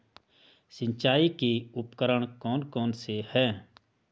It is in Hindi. सिंचाई के उपकरण कौन कौन से हैं?